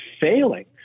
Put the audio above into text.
failing